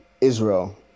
Israel